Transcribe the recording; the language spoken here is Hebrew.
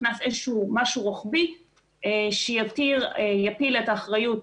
נכנס משהו רוחבי שיטיל את האחריות